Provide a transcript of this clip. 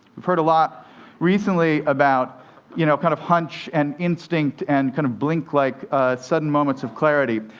we've heard a lot recently about you know kind of hunch and instinct and kind of blink-like sudden moments of clarity,